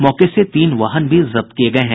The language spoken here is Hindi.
मौके से तीन वाहन भी जब्त किये गये हैं